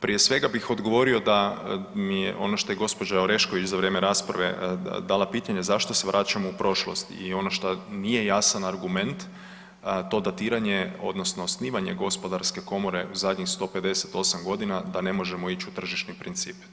Prije svega bih odgovorio da mi je ono što je gospođa Orešković za vrijeme rasprave dala pitanje zašto se vraćamo u prošlost i ono šta nije jasan argument to datiranje odnosno snimanje gospodarske komore u zadnjih 158 godina da ne možemo ići u tržišni princip.